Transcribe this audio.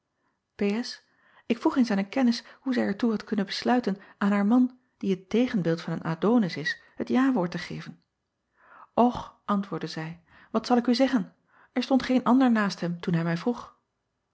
k vroeg eens aan een kennis hoe zij er toe had kunnen besluiten aan haar man die het tegenbeeld van een donis is het jawoord te geven ch antwoordde zij wat zal ik u zeggen er stond geen ander naast hem toen hij mij vroeg